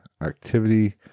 activity